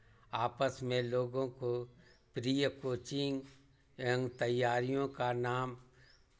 आपस में लोगों को प्रिय कोचिंग एवं तैयारियों का नाम